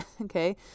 Okay